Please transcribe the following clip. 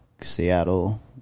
Seattle